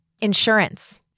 insurance